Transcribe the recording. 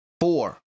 Four